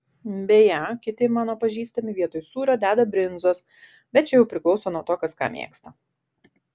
beje kiti mano pažįstami vietoj sūrio deda brinzos bet čia jau priklauso nuo to kas ką mėgsta